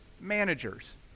managers